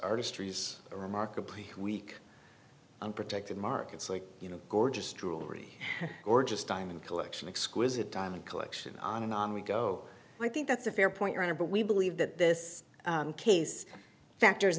artistry is a remarkably weak unprotected market so you know gorgeous jewelry or just diamond collection exquisite diamond collection on and on we go i think that's a fair point but we believe that this case factor